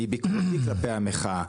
מי ביקורתי כלפי המחאה.